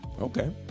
okay